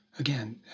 Again